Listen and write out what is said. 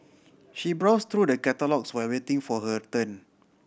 she browse through the catalogues while waiting for her turn